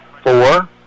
four